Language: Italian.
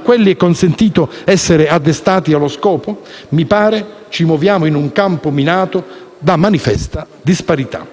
quelli è consentito essere addestrati per lo scopo? Mi pare ci muoviamo in un campo minato da manifesta disparità.